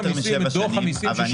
משבע שנים אבל אבדוק מה בדיוק הנהלים.